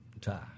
tie